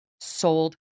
sold